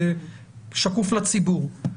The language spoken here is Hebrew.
זה שקוף לציבור.